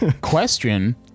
Question